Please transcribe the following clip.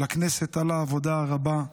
לכנסת על העבודה הרבה,